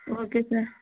okay sir